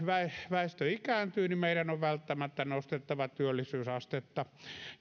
väestö ikääntyy niin meidän on välttämättä nostettava työllisyysastetta